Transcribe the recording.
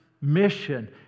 mission